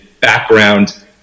background